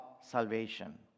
salvation